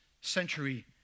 century